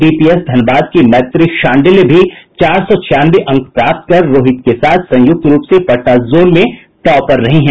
DPS Dhanbad की मैत्री शांडिल्य भी चार सौ छियानवे अंक प्राप्त कर रोहित के साथ संयुक्त रूप से पटना जोन में टॉपर रही हैं